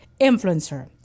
Influencer